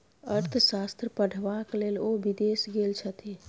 अर्थशास्त्र पढ़बाक लेल ओ विदेश गेल छथि